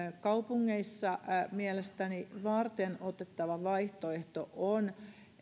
kaupungeissa mielestäni varteenotettava vaihtoehto on